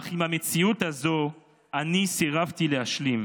אך עם המציאות הזו אני סירבתי להשלים.